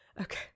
Okay